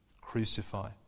crucify